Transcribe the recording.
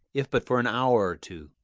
if but for an hour or two!